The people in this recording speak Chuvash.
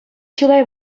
чылай